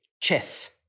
chess